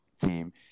team